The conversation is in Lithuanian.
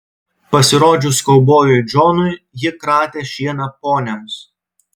pasirodžius kaubojui džonui ji kratė šieną poniams